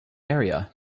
area